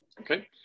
Okay